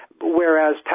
Whereas